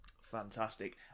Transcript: Fantastic